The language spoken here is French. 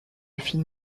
film